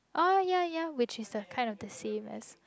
oh ya ya which is a kind of the same as